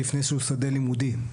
לפני שהוא שדה לימודי,